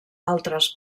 altres